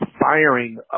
firing